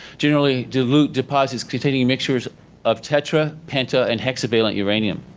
generally dilute deposits containing mixtures of tetra, penta and hexa-valent uranium.